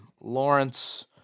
Lawrence